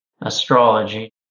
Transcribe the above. astrology